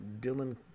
Dylan